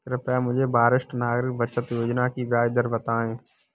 कृपया मुझे वरिष्ठ नागरिक बचत योजना की ब्याज दर बताएं